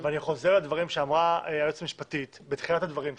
אני חוזר על דברים שאמרה היועצת המשפטית בתחילת הדברים שלה.